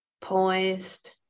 poised